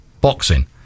boxing